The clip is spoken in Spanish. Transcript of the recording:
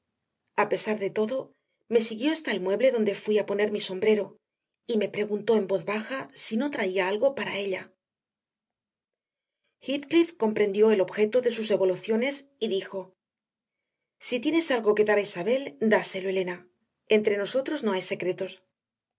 negativamente a pesar de todo me siguió hasta el mueble donde fui a poner mi sombrero y me preguntó en voz baja si no traía algo para ella heathcliff comprendió el objeto de sus evoluciones y dijo si tienes algo que dar a isabel dáselo elena entre nosotros no hay secretos